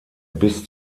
bis